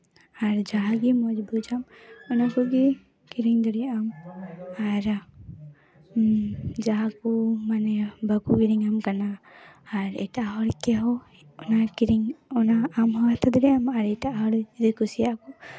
ᱟᱨ ᱡᱟᱦᱟᱸ ᱜᱮ ᱢᱚᱡᱽ ᱵᱩᱡᱽ ᱟᱢ ᱚᱱᱟ ᱠᱚᱜᱮ ᱠᱤᱨᱤᱧ ᱫᱟᱲᱮᱭᱟᱜ ᱟᱢ ᱟᱨ ᱡᱟᱦᱟᱸ ᱠᱚ ᱢᱟᱱᱮ ᱵᱟᱠᱚ ᱠᱤᱨᱤᱧᱟᱢ ᱠᱟᱱᱟ ᱟᱨ ᱮᱴᱟᱜ ᱦᱚᱲ ᱠᱚᱦᱚᱸ ᱚᱱᱟ ᱠᱤᱨᱤᱧ ᱚᱱᱟ ᱟᱢ ᱦᱚᱸ ᱦᱟᱛᱟᱣ ᱫᱟᱲᱮᱭᱟᱜ ᱟᱢ ᱟᱨ ᱮᱴᱟᱜ ᱦᱚᱲ ᱡᱮ ᱠᱩᱥᱤᱭᱟᱜ ᱠᱚ